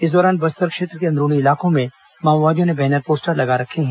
इस दौरान बस्तर क्षेत्र के अंदरूनी इलाकों में माओवादियों ने बैनर पोस्टर लगा रखे हैं